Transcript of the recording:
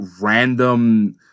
random